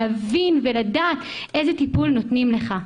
להבין ולדעת איזה טיפול נותנים לך.